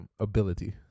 ability